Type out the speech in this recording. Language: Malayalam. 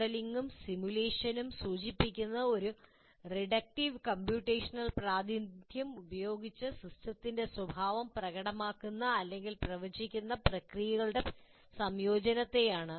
മോഡലിംഗും സിമുലേഷനും സൂചിപ്പിക്കുന്നത് ഒരു റിഡക്റ്റീവ് കമ്പ്യൂട്ടേഷണൽ പ്രാതിനിധ്യം ഉപയോഗിച്ച് സിസ്റ്റത്തിന്റെ സ്വഭാവം പ്രകടമാക്കുന്ന അല്ലെങ്കിൽ പ്രവചിക്കുന്ന പ്രക്രിയകളുടെ സംയോജനത്തെയാണ്